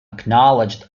acknowledged